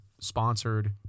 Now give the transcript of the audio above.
Sponsored